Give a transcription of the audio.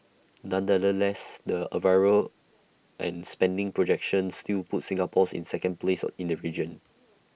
nonetheless the arrivals and spending projections still put Singapore in second place in the region